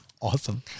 Awesome